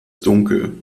dunkel